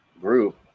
group